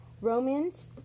Romans